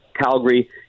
Calgary